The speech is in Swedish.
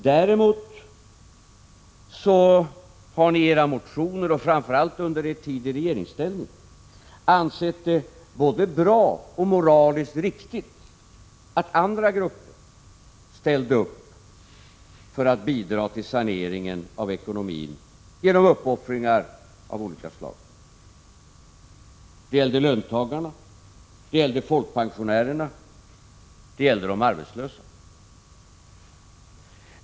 Däremot har ni i era motioner, och framför allt under er tid i regeringsställning, ansett det både bra och moraliskt riktigt att andra grupper ställde upp för att bidra till saneringen av ekonomin genom uppoffringar av olika slag. Det gällde löntagarna, folkpensionärerna och de arbetslösa.